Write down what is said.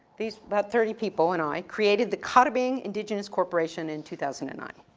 these about thirty people and i, created the karrabing indigenous corporation in two thousand and nine.